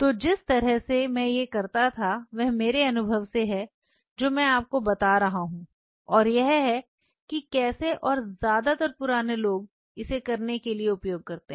तो जिस तरह से मैं यह करता था वह मेरे अनुभव से है जो मैं आपको बता रहा हूं और यह है कि कैसे और ज्यादातर पुराने लोग इसे करने के लिए उपयोग करते हैं